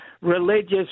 religious